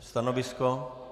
Stanovisko?